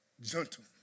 gentle